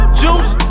juice